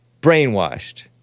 brainwashed